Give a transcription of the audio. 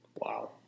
Wow